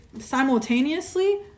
simultaneously